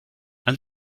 and